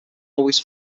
always